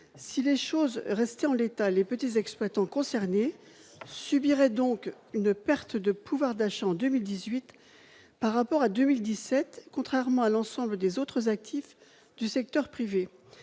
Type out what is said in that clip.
Si les choses restaient en l'état, ces petits exploitants subiraient donc une perte de pouvoir d'achat en 2018, par rapport à 2017, contrairement à l'ensemble des autres actifs du secteur privé.